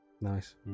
Nice